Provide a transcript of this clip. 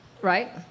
Right